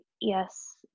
yes